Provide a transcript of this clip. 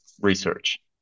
research